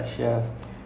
okay K